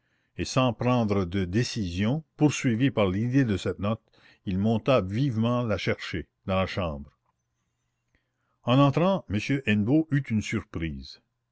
et sans prendre de décision poursuivi par l'idée de cette note il monta vivement la chercher dans la chambre en entrant m hennebeau eut une surprise